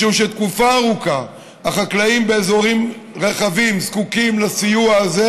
משום שתקופה ארוכה החקלאים באזורים רחבים זקוקים לסיוע הזה,